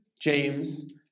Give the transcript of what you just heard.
James